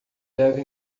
deve